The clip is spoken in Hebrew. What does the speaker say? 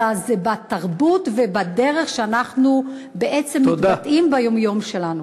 אלא גם בתרבות ובדרך שבה אנחנו בעצם מתבטאים ביום-יום שלנו.